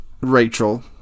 Rachel